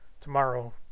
tomorrow